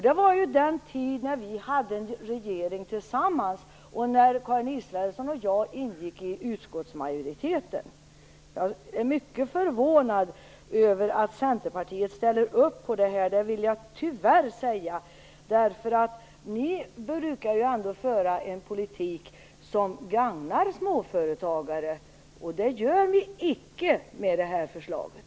Det var ju den tid då vi hade en regering tillsammans och när Karin Israelsson och jag ingick i utskottsmajoriteten. Jag är mycket förvånad över att Centerpartiet ställer upp på det här, måste jag tyvärr säga. Ni brukar ju ändå föra en politik som gagnar småföretagare, och det gör ni icke med det här förslaget.